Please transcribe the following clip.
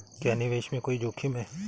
क्या निवेश में कोई जोखिम है?